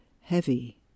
Heavy